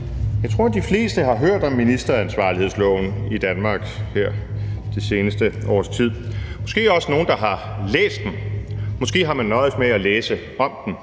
Jeg tror, at de fleste i Danmark har hørt om ministeransvarlighedsloven her i det seneste års tid. Måske er der også nogle, der har læst den; måske har man nøjedes med at læse om den.